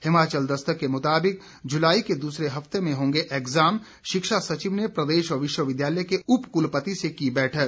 हिमाचल दस्तक के मुताबिक जुलाई के दूसरे हफ्ते में होंगे एग्जाम शिक्षा सचिव ने प्रदेश विश्वविद्यालय के उपकुलपति से की बैठक